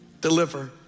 deliver